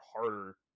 harder